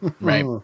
Right